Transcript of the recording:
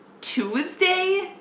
Tuesday